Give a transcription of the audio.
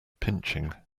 pinching